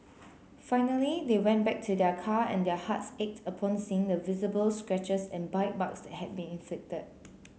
finally they went back to their car and their hearts ached upon seeing the visible scratches and bite marks that had been inflicted